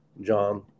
John